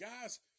guys